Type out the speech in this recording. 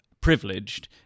privileged